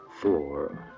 Four